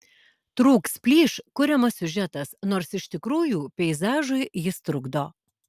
trūks plyš kuriamas siužetas nors iš tikrųjų peizažui jis trukdo